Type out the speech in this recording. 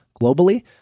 globally